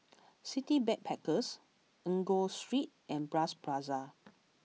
City Backpackers Enggor Street and Bras Basah